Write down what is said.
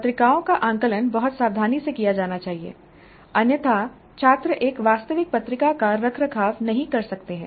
पत्रिकाओं का आकलन बहुत सावधानी से किया जाना चाहिए अन्यथा छात्र एक वास्तविक पत्रिका का रखरखाव नहीं कर सकते हैं